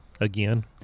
again